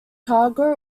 cargo